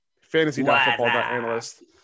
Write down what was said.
fantasy.football.analyst